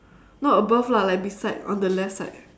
not above lah like beside on the left side